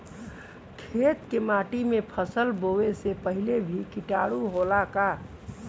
खेत के माटी मे फसल बोवे से पहिले भी किटाणु होला का?